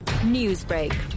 Newsbreak